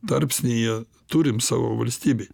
tarpsnyje turim savo valstybėj